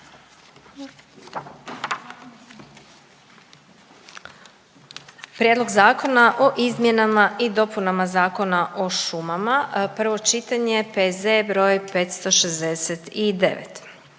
Prijedlog Zakona o izmjenama i dopunama Zakona o poljoprivredi, prvo čitanje, P.Z.E. broj 612